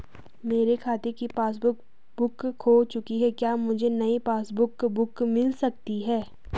मेरे खाते की पासबुक बुक खो चुकी है क्या मुझे नयी पासबुक बुक मिल सकती है?